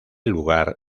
lugar